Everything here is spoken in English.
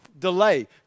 Delay